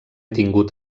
tingut